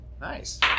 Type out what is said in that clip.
nice